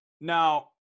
Now